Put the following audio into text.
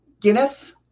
Guinness